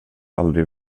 aldrig